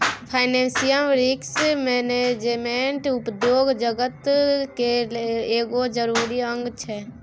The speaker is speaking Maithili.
फाइनेंसियल रिस्क मैनेजमेंट उद्योग जगत केर एगो जरूरी अंग छै